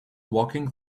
walking